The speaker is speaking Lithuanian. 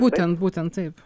būtent būtent taip